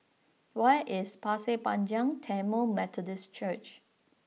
where is Pasir Panjang Tamil Methodist Church